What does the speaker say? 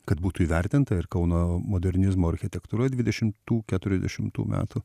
kad būtų įvertinta ir kauno modernizmo architektūra dvidešimtų keturiasdešimtų metų